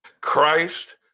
Christ